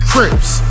Crips